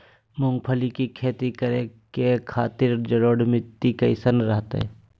मूंगफली के खेती करें के खातिर जलोढ़ मिट्टी कईसन रहतय?